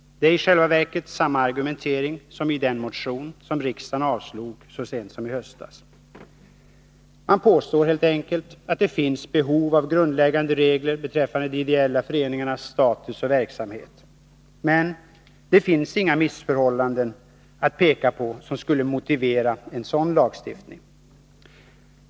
Det är i själva verket samma argumentering som i den motion riksdagen avslog så sent som i höstas. Man påstår helt enkelt att det finns behov av grundläggande regler beträffande de ideella föreningarnas status och verksamhet. Det finns emellertid inga missförhållanden att peka på som skulle motivera en sådan lagstiftning.